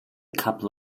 couple